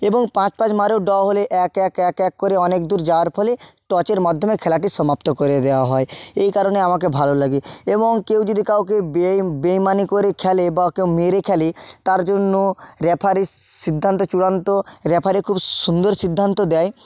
এবং পাঁচ পাঁচ মারেও ড্র হলে এক এক এক এক করে অনেক দূর যাওয়ার ফলে টসের মাধ্যমে খেলাটি সমাপ্ত করে দেওয়া হয় এই কারণে আমাকে ভালো লাগে এবং কেউ যদি কাউকে বেইমানি করে খেলে বা কেউ মেরে খেলে তার জন্য রেফারির সিদ্ধান্ত চূড়ান্ত রেফারি খুব সুন্দর সিদ্ধান্ত দেয়